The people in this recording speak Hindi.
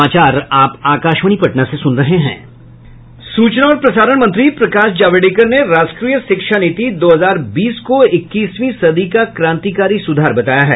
सूचना और प्रसारण मंत्री प्रकाश जावड़ेकर ने राष्ट्रीय शिक्षा नीति दो हजार बीस को इक्कीसवीं सदी का क्रांतिकारी सुधार बताया है